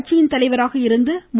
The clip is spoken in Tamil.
கட்சியின் தலைவராக இருந்த மு